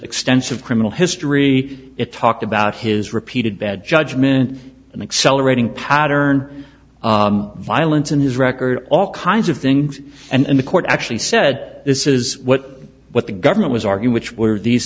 extensive criminal history it talked about his repeated bad judgment and accelerating pattern violence in his record all kinds of things and the court actually said this is what what the government was argue which were these